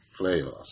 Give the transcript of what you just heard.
Playoffs